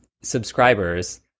subscribers